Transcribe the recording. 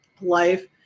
life